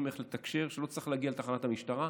איך לתקשר כשלא צריך להגיע לתחנת המשטרה,